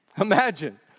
imagine